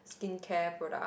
skincare product